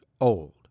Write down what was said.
old